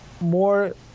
more